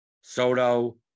Soto